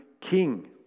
king